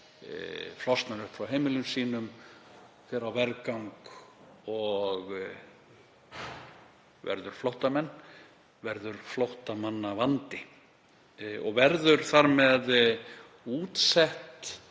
flosnar upp frá heimilum sínum, fer á vergang og verður flóttamenn, verður flóttamannavandi og þar með útsett